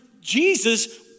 Jesus